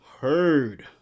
heard